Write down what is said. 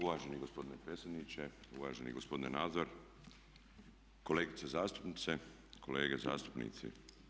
Uvaženi gospodine predsjedniče, uvaženi gospodine Nazor, kolegice zastupnice, kolege zastupnici.